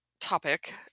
topic